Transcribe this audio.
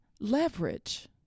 leverage